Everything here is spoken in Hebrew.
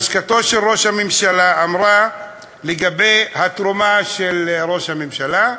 לשכתו של ראש הממשלה אמרה לגבי התרומה לראש הממשלה: